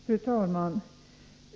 Fru talman!